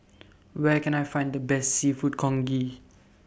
Where Can I Find The Best Seafood Congee